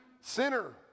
sinner